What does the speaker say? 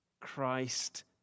Christ